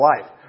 life